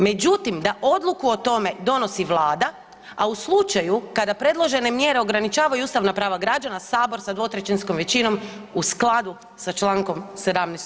Međutim da odluku o tome donosi Vlada, a u slučaju kada predložene mjere ograničavaju ustavna prava građana Sabor sa 2/3 većinom u skladu sa člankom 17.